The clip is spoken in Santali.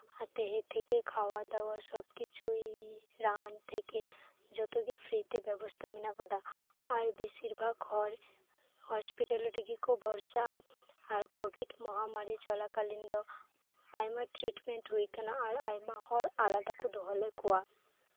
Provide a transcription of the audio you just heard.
ᱟᱨ ᱛᱟᱦᱮᱸ ᱛᱷᱮᱠᱮ ᱠᱷᱟᱣᱟ ᱫᱟᱣᱟ ᱥᱚᱵ ᱠᱤᱪᱷᱩᱭ ᱨᱟᱱ ᱛᱷᱮᱠᱮ ᱡᱚᱛᱚᱜᱤ ᱯᱷᱨᱤᱛᱮ ᱵᱮᱵᱚᱥᱛᱟ ᱢᱮᱱᱟᱜ ᱟᱠᱟᱫᱟ ᱟᱨ ᱵᱮᱥᱤᱨᱵᱷᱟᱜ ᱦᱚᱲ ᱦᱚᱥᱯᱤᱴᱟᱞ ᱨᱮᱜᱮᱠᱚ ᱵᱷᱚᱨᱥᱟᱜ ᱟ ᱟᱨ ᱠᱚᱵᱷᱤᱰ ᱢᱚᱦᱟᱢᱟᱨᱤ ᱪᱚᱞᱟᱠᱟᱞᱤᱱ ᱫᱚ ᱟᱭᱢᱟ ᱴᱨᱤᱴᱢᱮᱱ ᱦᱩᱭ ᱟᱠᱟᱱᱟ ᱟᱨ ᱟᱭᱢᱟᱦᱚᱲ ᱟᱞᱟᱫᱟ ᱠᱚ ᱫᱚᱦᱚᱞᱮᱫ ᱠᱚᱣᱟ